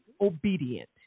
obedient